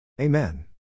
Amen